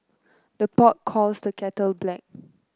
the pot calls the kettle black